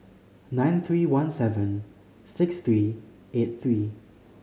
nine three one seven six three eight three